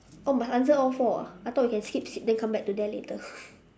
oh must answer all four ah I thought we can skip skip then come back to that later